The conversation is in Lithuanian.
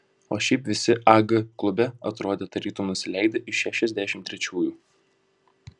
o šiaip visi ag klube atrodė tarytum nusileidę iš šešiasdešimt trečiųjų